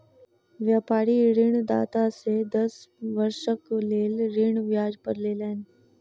व्यापारी ऋणदाता से दस वर्षक लेल ऋण ब्याज पर लेलैन